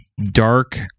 dark